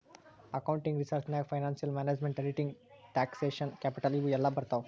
accounting research ನಾಗ್ financial management, auditing, taxation, capital ಇವು ಎಲ್ಲಾ ಬರ್ತಾವ್